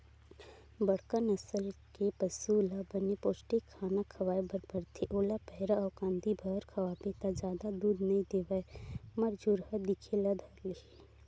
बड़का नसल के पसु ल बने पोस्टिक खाना खवाए बर परथे, ओला पैरा अउ कांदी भर खवाबे त जादा दूद नइ देवय मरझुरहा दिखे ल धर लिही